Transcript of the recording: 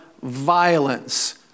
violence